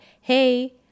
hey